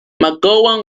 mcgowan